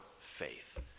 faith